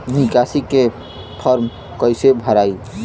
निकासी के फार्म कईसे भराई?